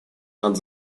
над